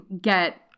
get